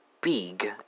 BIG